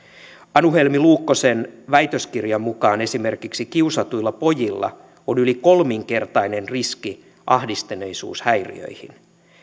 anu helmi luukkosen väitöskirjan mukaan esimerkiksi kiusatuilla pojilla on yli kolminkertainen riski ahdistuneisuushäiriöihin